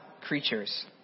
creatures